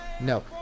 No